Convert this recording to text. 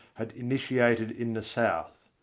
had initiated in the south.